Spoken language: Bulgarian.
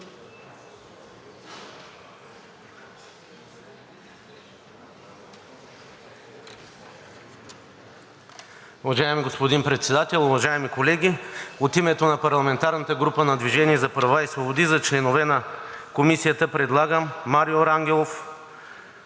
Уважаеми господин Председател, уважаеми колеги! От името на парламентарната група на „Движение за права и свободи“ за членове на Комисията предлагам Марио Рангелов,